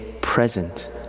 present